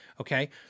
okay